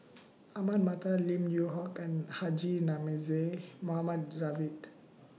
Ahmad Mattar Lim Yew Hock and Haji Namazie Mohammed Javad